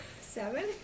Seven